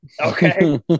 okay